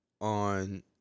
on